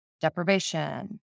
deprivation